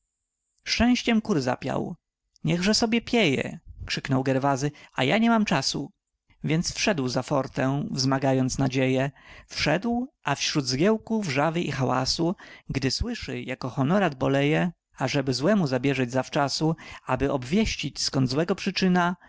szczęściem kur zapiał niechże sobie pieje krzyknął gerwazy a ja nie mam czasu więc wszedł za fórtę wzmagając nadzieję wszedł a wśród zgiełku wrzawy i hałasu gdy słyszy jako honorat boleje ażeby złemu zabieżeć zawczasu aby obwieścić skąd złego przyczyna